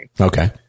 Okay